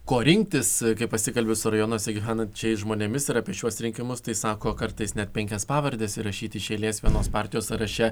ko rinktis kai pasikalbi su rajonuose gyvenančiais žmonėmis ir apie šiuos rinkimus tai sako kartais net penkias pavardes įrašyti iš eilės vienos partijos sąraše